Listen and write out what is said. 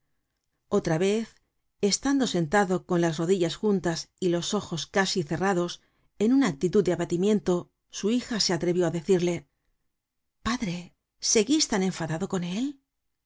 otra vez estando sentado con las rodillas juntas y los ojos casi cerrados en una actitud de abatimiento su hija se atrevió á decirle padre seguís tan enfadado con él